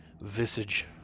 visage